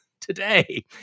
today